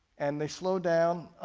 and they slowed down,